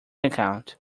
account